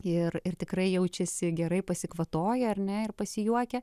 ir ir tikrai jaučiasi gerai pasikvatoję ar ne ir pasijuokę